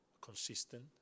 consistent